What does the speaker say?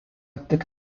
tik